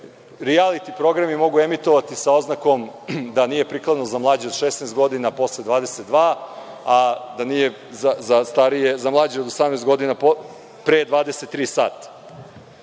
rijaliti programi mogu emitovati sa oznakom da nije prikladno za mlađe od 16 godina posle 22 časa, a da za mlađe od 18 godina pre 23 sata. Kada